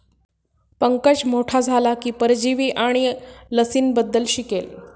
पंकज मोठा झाला की परजीवी आणि लसींबद्दल शिकेल